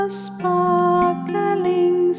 sparkling